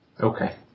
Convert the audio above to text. Okay